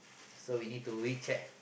so we need to recheck